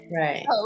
Right